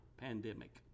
pandemic